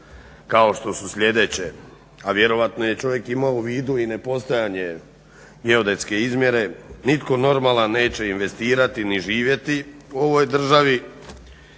kao što su sljedeće, a vjerojatno je čovjek imao u vidu i nepostojanje geodetske izmjere. Nitko normalan neće investirati ni živjeti u ovoj državi,